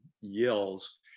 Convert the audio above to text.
yells